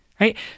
right